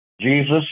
Jesus